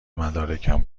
مدارکم